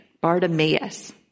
Bartimaeus